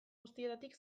guztietatik